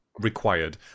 required